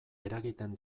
eragiten